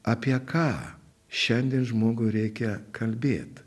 apie ką šiandien žmogui reikia kalbėt